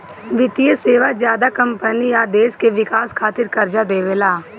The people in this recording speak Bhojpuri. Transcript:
वित्तीय सेवा ज्यादा कम्पनी आ देश के विकास खातिर कर्जा देवेला